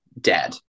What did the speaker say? Dead